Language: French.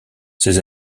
ces